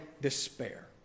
despair